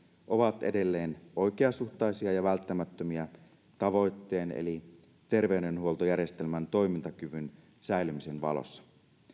ovat edelleen oikeasuhtaisia ja välttämättömiä tavoitteen eli terveydenhuoltojärjestelmän toimintakyvyn säilymisen valossa